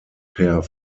per